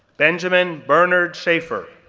benjamin bernard schaeffer,